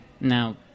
Now